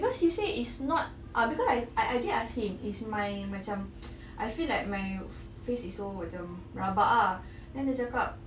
because he said is not ah because I I I did ask him is my macam I feel like my face is so macam rabak ah then dia cakap